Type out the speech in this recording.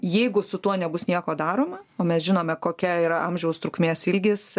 jeigu su tuo nebus nieko daroma o mes žinome kokia yra amžiaus trukmės ilgis